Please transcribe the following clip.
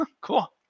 cool